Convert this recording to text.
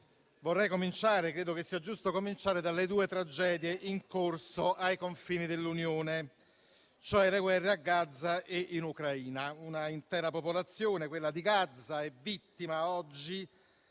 state citate, credo sia giusto cominciare dalle due tragedie in corso ai confini dell'Unione, cioè le guerre a Gaza e in Ucraina. Una intera popolazione, quella di Gaza, è vittima oggi